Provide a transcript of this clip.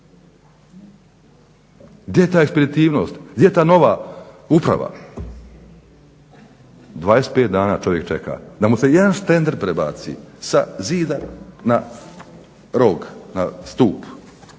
Gdje je ta ekspeditivnost, gdje je ta nova uprava. 25 dana čovjek čeka da mu se jedan štender prebaci sa zida na rog, na stup,